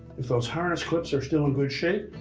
if those harness clips are still in good shape,